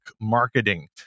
Marketing